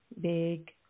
big